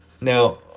Now